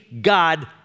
God